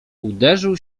uderzył